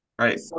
Right